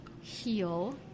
heal